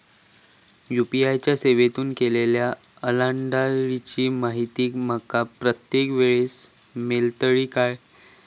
UPI च्या सेवेतून केलेल्या ओलांडाळीची माहिती माका प्रत्येक वेळेस मेलतळी काय?